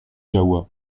jahoua